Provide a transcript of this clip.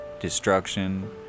destruction